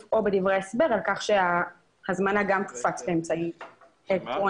או בדברי ההסבר על כך שההזמנה גם תופץ באמצעי אלקטרוני.